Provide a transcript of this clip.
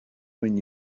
when